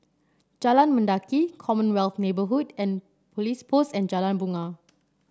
Jalan Mendaki Commonwealth Neighbourhood and Police Post and Jalan Bungar